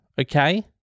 Okay